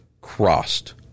crossed